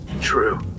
True